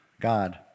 God